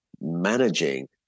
managing